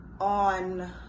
on